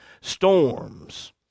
storms